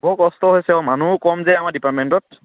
বৰ কষ্ট হৈছে অ' মানুহো কম যে আমাৰ ডিপাৰ্মেণ্টত